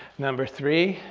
number three,